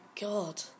God